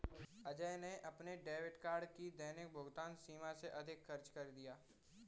अजय ने अपने debit card की दैनिक भुगतान सीमा से अधिक खर्च कर दिया